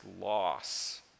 loss